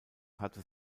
hatte